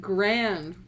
Grand